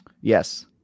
Yes